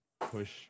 push